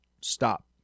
stop